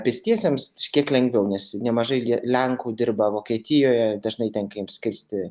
pėstiesiems šiek kiek lengviau nes nemažai lenkų dirba vokietijoje dažnai tenka jiems kirsti